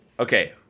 Okay